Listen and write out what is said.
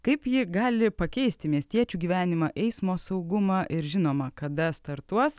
kaip ji gali pakeisti miestiečių gyvenimą eismo saugumą ir žinoma kada startuos